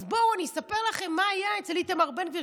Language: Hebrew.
אז בואו אני אספר לכם מה היה אצל איתמר בן גביר,